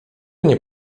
nie